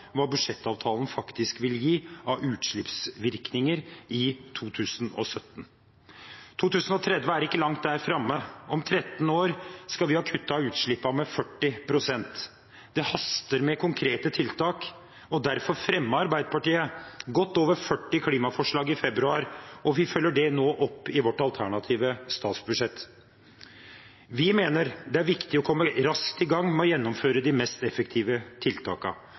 hva budsjettavtalen faktisk vil gi av utslippsvirkninger i 2017. 2030 er ikke langt framme. Om 13 år skal vi ha kuttet utslippene med 40 pst. Det haster med konkrete tiltak, og derfor fremmet Arbeiderpartiet godt over 40 klimaforslag i februar, og det følger vi nå opp i vårt alternative statsbudsjett. Vi mener det er viktig å komme raskt i gang med å gjennomføre de mest effektive